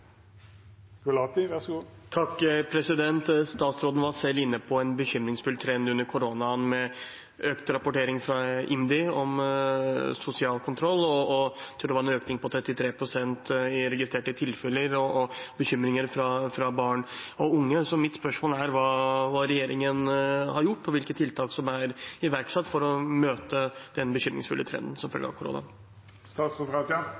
Statsråden var selv inne på en bekymringsfull trend under koronaen, med økt rapportering fra IMDi om sosial kontroll. Jeg tror det var en økning på 33 pst. i registrerte tilfeller og bekymringer fra barn og unge. Mitt spørsmål er hva regjeringen har gjort, og hvilke tiltak som er iverksatt for å møte den bekymringsfulle trenden som følge